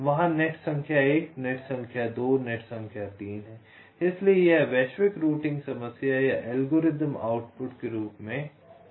वहां नेट संख्या 1 नेट संख्या 2 नेट संख्या 3 है इसलिए यह वैश्विक रूटिंग समस्या या एल्गोरिदम आउटपुट के रूप में क्या उत्पन्न करता है